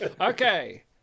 Okay